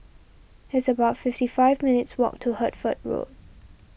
it's about fifty five minutes' walk to Hertford Road